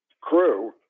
crew